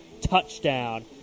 touchdown